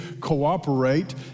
cooperate